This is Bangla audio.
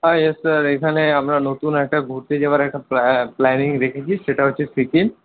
হ্যাঁ ইয়েস স্যার এখানে আমরা নতুন একটা ঘুরতে যাওয়ার একটা প্ল্যানিং রেখেছি সেটা হচ্ছে সিকিম